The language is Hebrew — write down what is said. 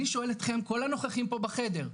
אני שואל אתכם כל הנוכחים פה בחדר,